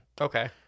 Okay